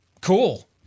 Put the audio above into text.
cool